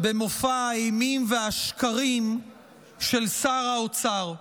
במופע האימים והשקרים של שר האוצר.